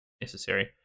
necessary